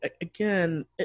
again